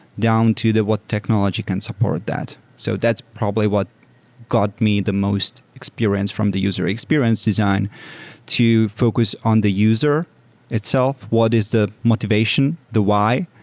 down to what technology can support that. so that's probably what got me the most experience from the user experience design to focus on the user itself. what is the motivation? the why,